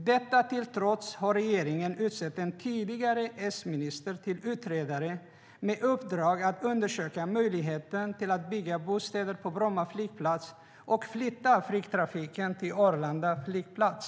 Detta till trots har regeringen utsett en tidigare S-minister till utredare med uppdrag att undersöka möjligheten att bygga bostäder på Bromma flygplats och flytta flygtrafiken till Arlanda flygplats.